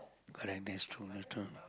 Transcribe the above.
correct that's true that's true